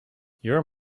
you’re